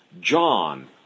John